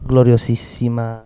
Gloriosissima